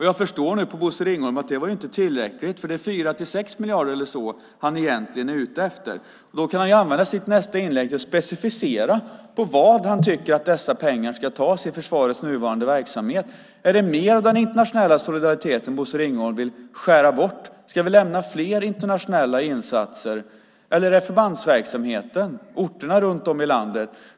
Jag förstår nu på Bosse Ringholm att det inte var tillräckligt, för det är 4-6 miljarder han egentligen är ute efter. Då kan han använda sitt nästa inlägg till att specificera varifrån han tycker att dessa pengar ska tas i försvarets nuvarande verksamhet. Är det mer av den internationella solidariteten Bosse Ringholm vill skära bort? Ska vi lämna fler internationella insatser, eller handlar det om förbandsverksamheten på orterna runt om i landet?